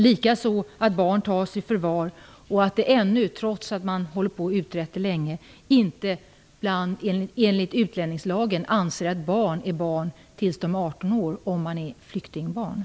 Likaså tas barn i förvar, och enligt utlänningslagen anses flyktingbarn fortfarande inte som barn ända upp till 18 års ålder, trots att den frågan länge har utretts.